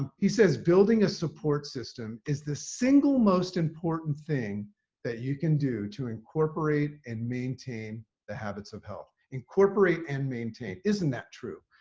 um he says building a support system is the single most important thing you can do to incorporate and maintain the habits of health. incorporate and maintain. isn't that true?